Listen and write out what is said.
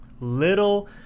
Little